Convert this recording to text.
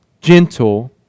Gentle